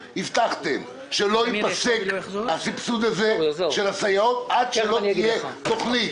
שלא ייפסק הסבסוד של הסייעות עד שלא תהיה תוכנית